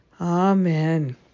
Amen